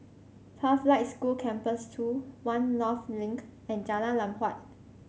Pathlight School Campus Two One North Link and Jalan Lam Huat